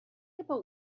about